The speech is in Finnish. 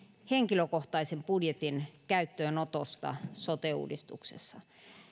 henkilökohtaisen budjetin käyttöönotosta sote uudistuksessa